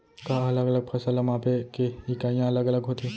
का अलग अलग फसल ला मापे के इकाइयां अलग अलग होथे?